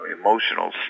emotional